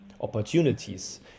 opportunities